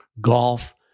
golf